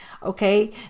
Okay